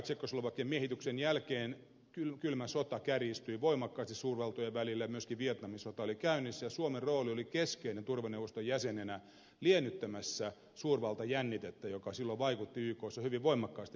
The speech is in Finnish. tsekkoslovakian miehityksen jälkeen kylmä sota kärjistyi voimakkaasti suurvaltojen välillä ja myöskin vietnamin sota oli käynnissä ja suomen rooli oli keskeinen turvaneuvoston jäsenenä liennyttämässä suurvaltajännitettä joka silloin vaikutti ykssa hyvin voimakkaasti ed